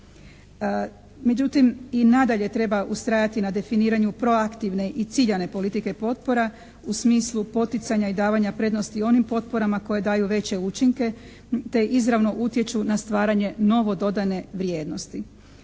Međutim, i nadalje treba ustrajati na definiranju proaktivne i ciljane politike potpora u smislu poticanja i davanja prednosti onim potporama koje daju veće učinke te izravno utječu na stvaranje novo dodane vrijednosti.